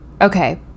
Okay